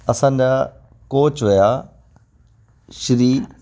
असांजा कोच हुआ श्री